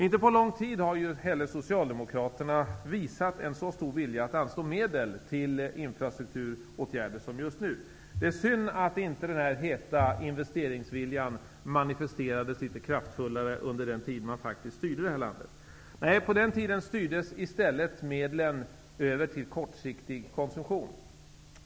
Inte på lång tid har Socialdemokraterna visat en så stor vilja att anslå medel till infrastrukturåtgärder som just nu. Det är synd att inte den heta investeringsviljan manifesterades litet kraftfullare under den tid man faktiskt styrde landet. På den tiden styrdes medlen i stället över till kortsiktig konsumtion.